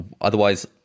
otherwise